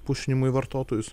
pušnimui vartotojus